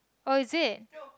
oh is it